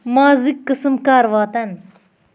مازٕکۍ قٕسٕم کَر واتن